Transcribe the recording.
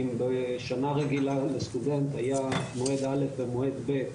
אם בשנה רגילה לסטודנט היה מועד א' ומועד ב',